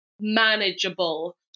manageable